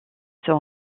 sont